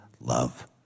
love